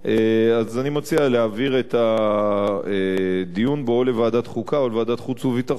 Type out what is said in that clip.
אז אני מציע להעביר את הדיון בו לוועדת חוקה או לוועדת חוץ וביטחון,